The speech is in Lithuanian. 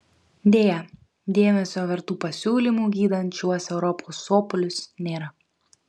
deja dėmesio vertų pasiūlymų gydant šiuos europos sopulius nėra